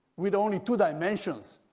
with only two dimensions,